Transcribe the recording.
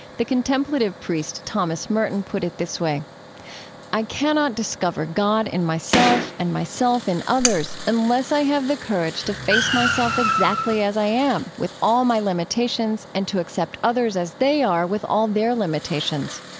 the contemplative priest thomas merton put it this way i cannot discover god in myself and myself in others unless i have the courage to face myself exactly as i am, with all my limitations, and to accept others as they are, with all their limitations.